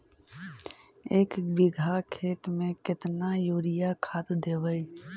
एक बिघा खेत में केतना युरिया खाद देवै?